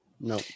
No